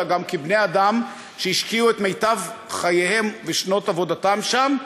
אלא גם כאל בני-אדם שהשקיעו את מיטב חייהם ושנות עבודתם שם,